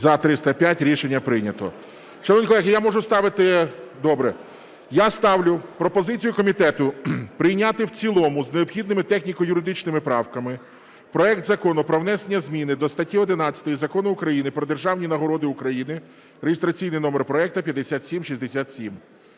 За-305 Рішення прийнято. Шановні колеги, я можу ставити… Добре. Я ставлю пропозицію комітету прийняти в цілому з необхідними техніко-юридичними правками проект Закону про внесення зміни до статті 11 Закону України "Про державні народи України" (реєстраційний номер проекту 5767).